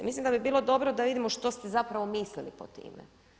Mislim da bi bilo dobro da vidimo što ste zapravo mislili pod time.